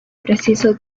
preciso